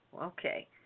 Okay